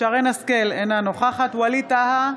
שרן מרים השכל, אינה נוכחת ווליד טאהא,